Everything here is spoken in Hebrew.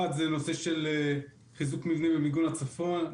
האחד זה נושא של חיזוק מבנים ומיגון הצפון.